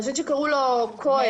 אני חושבת שקראו לו כהן.